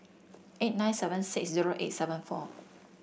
eight nine seven six zero eight seven four